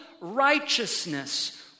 righteousness